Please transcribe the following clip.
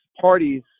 parties